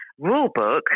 rulebook